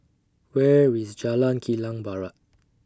Where IS Jalan Kilang Barat